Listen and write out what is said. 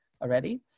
already